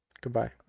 Goodbye